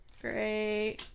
Great